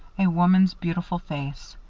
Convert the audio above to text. a woman's beautiful face.